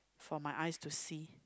for my eyes to see